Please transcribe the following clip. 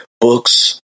books